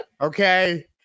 okay